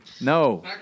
No